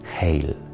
Hail